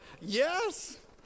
Yes